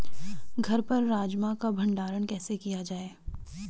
घर पर राजमा का भण्डारण कैसे किया जाय?